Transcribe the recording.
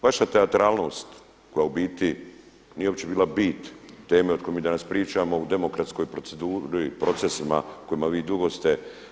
Vaša teatralnost koja u biti nije uopće bila bit teme o kojoj mi danas pričamo u demokratskoj proceduri, procesima u kojima vi dugo ste.